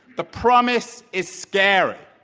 the promise is scary.